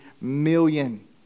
million